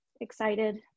excited